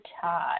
Todd